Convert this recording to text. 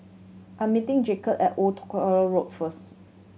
I'm meeting Jacoby at Old Tuck Road first